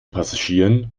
passagieren